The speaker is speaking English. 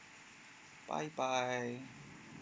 bye bye